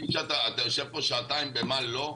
אתה יושב פה שעתיים במה לא?